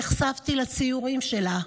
נחשפתי לציורים שלה,